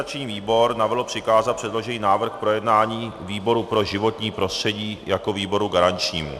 Organizační výbor navrhl přikázat předložený návrh k projednání výboru pro životní prostředí jako výboru garančnímu.